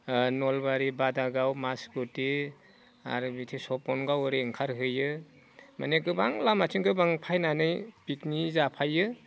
नलबारि बादागाव माजगुदि आरो बिथिं सपनगाव ओरै ओंखारहैयो माने गोबां लामाथिं गोबां फायनानै पिकनिक जाफायो